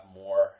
more